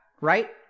right